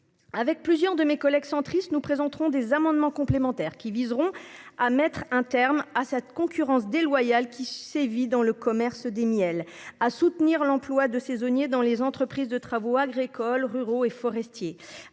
Avec plusieurs de mes collègues centristes nous présenterons des amendements complémentaires qui viseront à mettre un terme à cette concurrence déloyale qui sévit dans le commerce des Miel à soutenir l'emploi de saisonnier dans les entreprises de travaux agricoles ruraux et forestiers